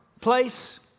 place